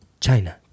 china